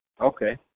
Okay